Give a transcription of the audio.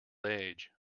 age